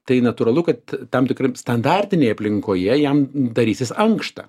tai natūralu kad tam tikram standartinėj aplinkoje jam darytis ankšta